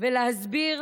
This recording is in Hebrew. ולהסביר